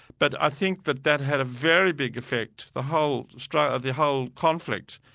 but i think that that had a very big effect, the whole sort of the whole conflict,